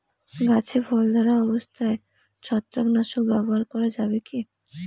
গাছে ফল ধরা অবস্থায় ছত্রাকনাশক ব্যবহার করা যাবে কী?